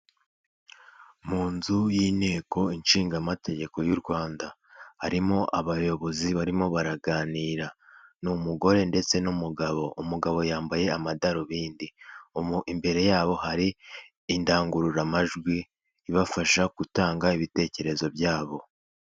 Mu nzu y'inteko shingamategeko y'u Rwanda harimo abayobozi barimo baraganira n'umugore ndetse n'umugabo, umugabo yambaye amadarubindi imbere yabo hari indangururamajwi ibafasha gutanga ibitekerezo byabo.